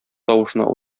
тавышына